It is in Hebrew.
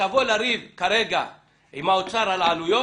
כשתבוא לריב עם האוצר על העלויות,